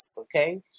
Okay